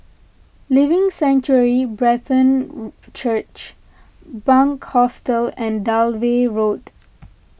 Living Sanctuary Brethren Church Bunc Hostel and Dalvey Road